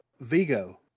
Vigo